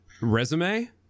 resume